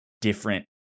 different